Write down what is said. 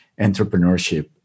entrepreneurship